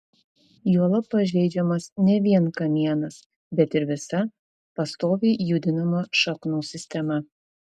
juolab pažeidžiamas ne vien kamienas bet ir visa pastoviai judinama šaknų sistema